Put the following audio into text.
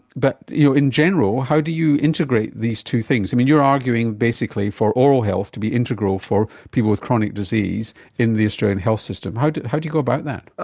but in general how do you integrate these two things? you're arguing basically for oral health to be integral for people with chronic disease in the australian health system. how do how do you go about that?